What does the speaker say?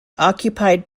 occupied